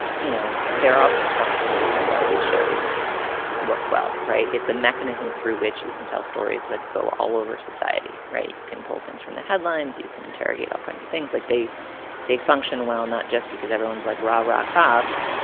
you know, there are also structural reasons why these shows work well. right. it's a mechanism through which you can tell stories that go all over society. right. can pull things from the headlines. you can interrogate all kinds of things like they they function well, not just because everyone's like rah rah cops,